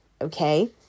Okay